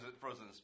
frozen